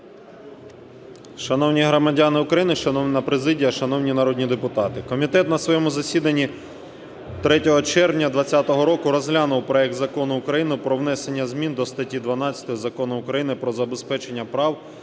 Шановні громадяни України, шановна президія, шановні народні депутати! Комітет на своєму засіданні 3 червня 20-го року розглянув проект Закону України про внесення змін до статті 12 Закону України "Про забезпечення прав